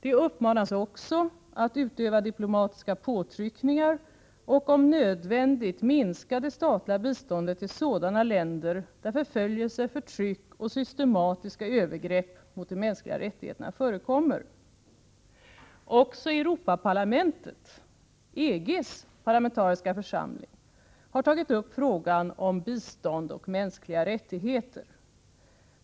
De uppmanas också att utöva diplomatiska påtryckningar och, om nödvändigt, minska det statliga biståndet till sådana länder där förföljelse, förtryck och systematiska övergrepp mot de mänskliga rättigheterna förekommer. Även Europaparlamentet, EG:s parlamentariska församling, har tagit upp frågan om bistånd och mänskliga rättigheter.